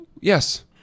Yes